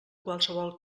qualsevol